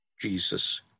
Jesus